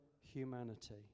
humanity